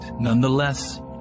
Nonetheless